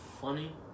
funny